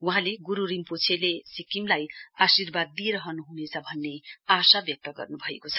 वहाँले गुरु रिम्पोछेले सिक्किमलाई आर्शीवाद दिइरहनु हुनेछ भन्ने आशा व्यक्त गर्नुभएको छ